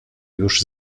już